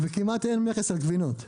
וכמעט אין מכס על גבינות.